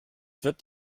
wird